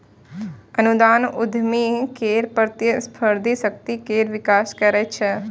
अनुदान उद्यमी केर प्रतिस्पर्धी शक्ति केर विकास करै छै